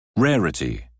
Rarity